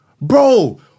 bro